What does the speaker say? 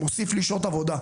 מוסיף לי שעות עבודה,